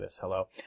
hello